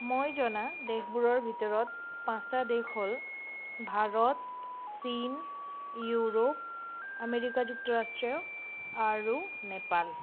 মই জনা দেশবোৰৰ ভিতৰত পাচঁটা দেশ হ'ল ভাৰত চীন ইউৰোপ আমেৰিকা যুক্তৰাষ্ট্ৰীয় আৰু নেপাল